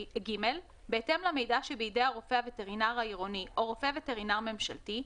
(ג)בהתאם למידע שבידי הרופא הווטרינר העירוני או רופא וטרינר ממשלתי,